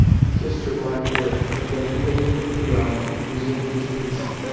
he kissed her black hair, and then, wheeling quickly round, resumed his pacing.